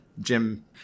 Jim